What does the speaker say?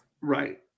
Right